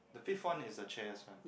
the fifth one is the chairs one